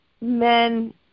men